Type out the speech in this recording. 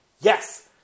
yes